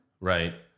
right